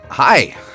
Hi